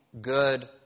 good